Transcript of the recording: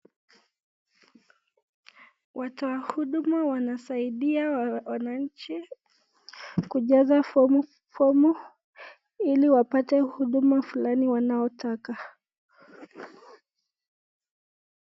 Watu wa huduma wanasaidia wananchi kujaza fomu ii wapate huduma fulani wanaotaka.